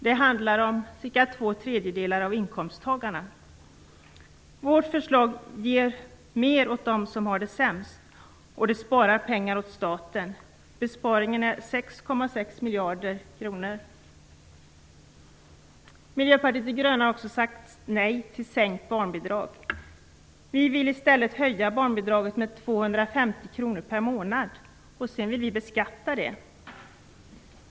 Det handlar om ca två tredjedelar av inkomsttagarna. Vårt förslag ger mer åt dem som har det sämst, och det sparar pengar åt staten. Besparingen är Miljöpartiet de gröna har också sagt nej till sänkt barnbidrag. Vi vill i stället höja barnbidraget med 250 kr per månad, och sedan vill vi beskatta det.